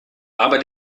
aber